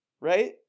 right